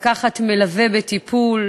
לקחת מלווה לטיפול,